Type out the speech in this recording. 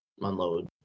unload